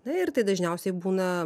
na ir tai dažniausiai būna